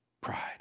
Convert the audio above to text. Pride